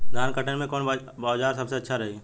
धान कटनी मे कौन औज़ार सबसे अच्छा रही?